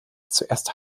zuerst